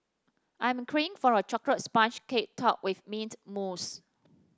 I am craving for a chocolate sponge cake topped with mint mousse